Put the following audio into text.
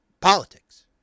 politics